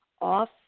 off